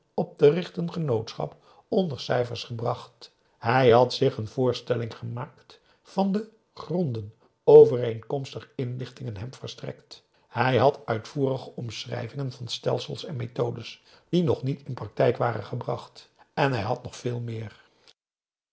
op te richten genootschap onder cijfers gebracht hij had zich een voorstelling gemaakt van de gronden overeenkomstig inlichtingen hem verstrekt hij had uitvoerige omschrijvingen van stelsels en methodes die nog niet in practijk waren gebracht en hij had nog veel meer